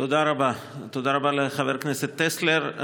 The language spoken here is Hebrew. תודה רבה לחבר הכנסת טסלר.